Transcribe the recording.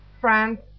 France